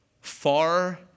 far